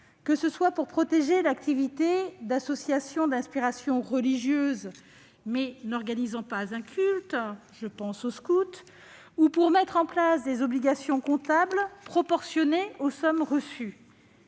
que ce soit pour protéger l'activité d'associations d'inspiration religieuse, mais n'organisant pas un culte- je pense aux scouts -, ou pour mettre en place des obligations comptables proportionnées aux sommes reçues.